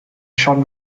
schon